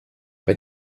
bei